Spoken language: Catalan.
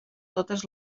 totes